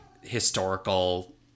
historical